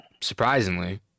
Surprisingly